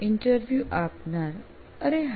interview આપનાર અરે હા